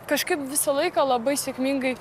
kažkaip visą laiką labai sėkmingai